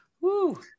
Woo